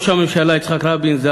ראש הממשלה יצחק רבין,